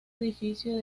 edificio